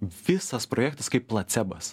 visas projektas kaip placebas